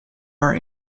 our